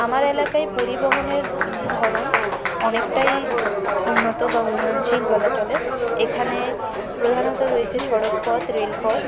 আমার এলাকায় পরিবহনের ধরন অনেকটাই উন্নত বা উন্নয়নশীল বলা চলে এখানে প্রধানত রয়েছে সড়কপথ রেল পথ